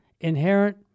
inherent